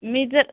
मी जर